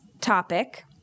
topic